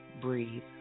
breathe